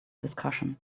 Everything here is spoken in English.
discussion